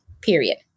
Period